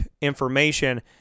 information